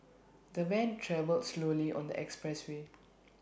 the van travelled slowly on the expressway